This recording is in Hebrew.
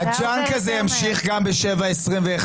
הג'אנק הזה ימשיך גם ב-7:21,